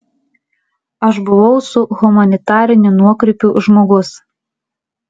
aš buvau su humanitariniu nuokrypiu žmogus